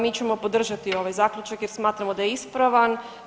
Mi ćemo podržati ovaj zaključak jer smatramo da je ispravan.